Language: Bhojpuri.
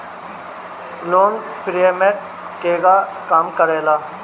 लोन रीपयमेंत केगा काम करेला?